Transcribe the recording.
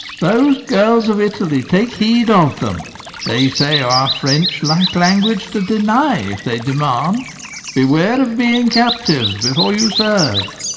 those girls of italy, take heed of them they say our french lack language to deny, if they demand beware of being captives before you serve.